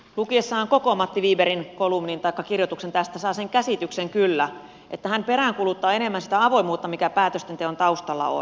lukiessaan koko matti wibergin kolumnin taikka kirjoituksen tästä saa sen käsityksen kyllä että hän peräänkuuluttaa enemmän sitä avoimuutta mikä päätöksenteon taustalla on